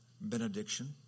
benediction